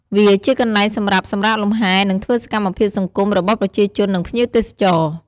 វាជាកន្លែងសម្រាប់សម្រាកលំហែ និងធ្វើសកម្មភាពសង្គមរបស់ប្រជាជន និងភ្ញៀវទេសចរ។